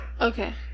Okay